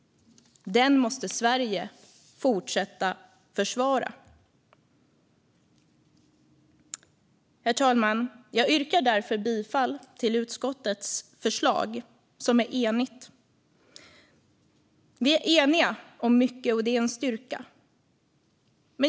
Den måste Sverige fortsätta att försvara. Herr talman! Jag yrkar därför bifall till utskottets förslag, som är enhälligt. Vi är eniga om mycket, och det är en styrka.